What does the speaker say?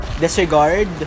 Disregard